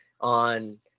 on